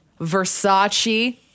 Versace